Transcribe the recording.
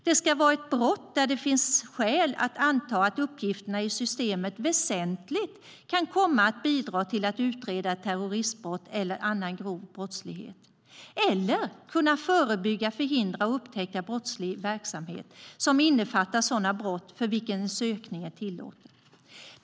Det ska vara fråga om ett brott där det finns skäl att anta att uppgifterna i systemet väsentligt kan komma att bidra till att utreda terroristbrott eller annan grov brottslighet, eller kunna förebygga, förhindra eller upptäcka brottslig verksamhet som innefattar sådana brott för vilken sökning är tillåten.